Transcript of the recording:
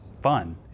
fun